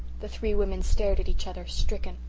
the three women stared at each other, stricken.